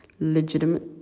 legitimate